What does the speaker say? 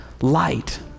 light